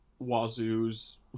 Wazoo's